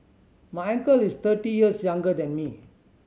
my uncle is thirty years younger than me